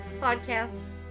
podcasts